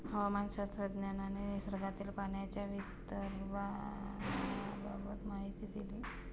हवामानशास्त्रज्ञांनी निसर्गातील पाण्याच्या वितरणाबाबत माहिती दिली